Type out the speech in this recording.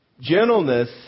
Gentleness